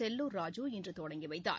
செல்லூர் ராஜூ இன்றுதொடங்கிவைத்தார்